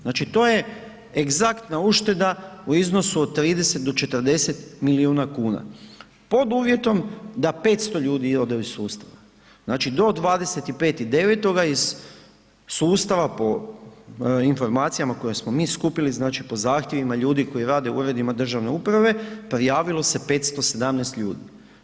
Znači to je egzaktna ušteda u iznosu od 30 do 40 milijuna kuna pod uvjetom da 500 ljudi ode iz sustava, znači do 25.9. iz sustava po informacijama koje smo mi skupili, znači po zahtjevima ljudi koji rade u uredima državne uprave, prijavilo se 517 ljudi.